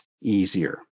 easier